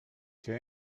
què